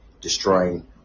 destroying